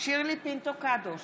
שירלי פינטו קדוש,